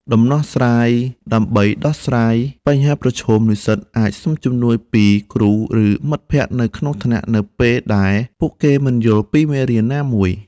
ដំណោះស្រាយដើម្បីដោះស្រាយបញ្ហាប្រឈមនិស្សិតអាចសុំជំនួយពីគ្រូ ឬមិត្តភ័ក្តិនៅក្នុងថ្នាក់នៅពេលដែលពួកគេមិនយល់ពីមេរៀនណាមួយ។